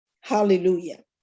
hallelujah